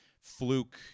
fluke